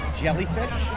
jellyfish